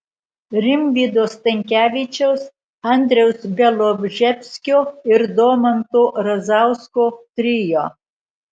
rimvydo stankevičiaus andriaus bialobžeskio ir domanto razausko trio